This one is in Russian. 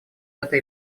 этой